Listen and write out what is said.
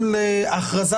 סתם להגיד אמירות זה